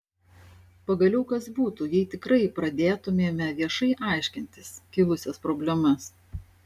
pagaliau kas būtų jei tikrai pradėtumėme viešai aiškintis kilusias problemas